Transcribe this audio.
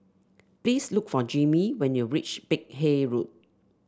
please look for Jimmy when you reach Peck Hay Road